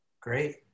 Great